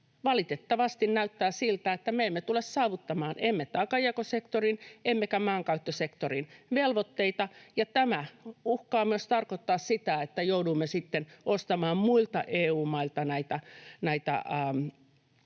valitettavasti näyttää siltä, että me emme tule saavuttamaan taakanjakosektorin emmekä maankäyttösektorin velvoitteita. Tämä uhkaa tarkoittaa myös sitä, että joudumme sitten ostamaan muilta EU-mailta näitä